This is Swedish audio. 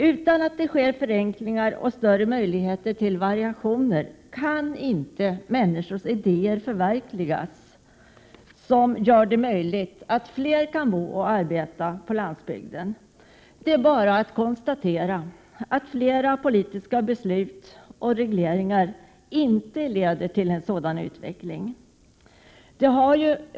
Utan förenklingar och större möjligheter till variationer kan inte de idéer förverkligas som gör det möjligt för fler människor att bo och arbeta på landsbygden. Jag kan bara konstatera att fler politiska beslut och regler inte leder till en sådan utveckling.